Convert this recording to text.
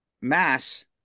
mass